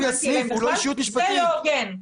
לא הוגן.